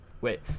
Wait